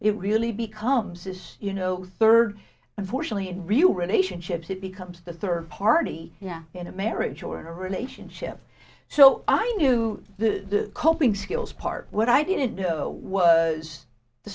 it really becomes this you know third unfortunately in real relationships it becomes the third party yeah in a marriage or in a relationship so i knew the coping skills part what i didn't know was the